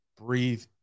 breathe